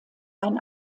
ein